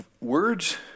Words